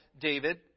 David